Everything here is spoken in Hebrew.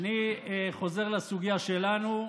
אני חוזר לסוגיה שלנו,